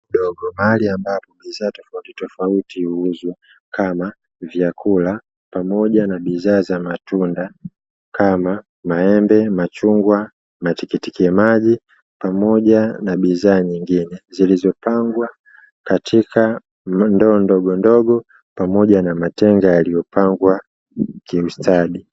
Mahali ambapo bidhaa tofautitofauti huuzwa, kama vyakula pamoja na bidhaa za matunda kama maembe, machungwa, matikiti maji pamoja na bidhaa nyingine, zilizopangwa katika ndoondogo ndogo pamoja na matenga yaliyopangwa kimstari.